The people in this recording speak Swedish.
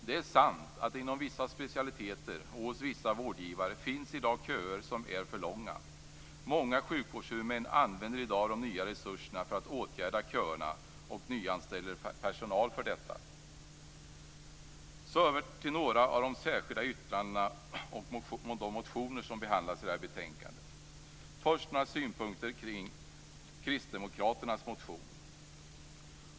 Det är sant att det inom vissa specialiteter och hos vissa vårdgivare i dag finns köer som är för långa. Många sjukvårdshuvudmän använder i dag de nya resurserna till att åtgärda köerna och nyanställer personal för detta. Jag går så över till att kommentera några av de särskilda yttranden och de motioner som behandlas i betänkandet. Först gäller det några synpunkter kring kristdemokraternas motion.